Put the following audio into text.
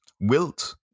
wilt